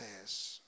says